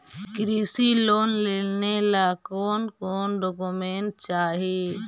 कृषि लोन लेने ला कोन कोन डोकोमेंट चाही?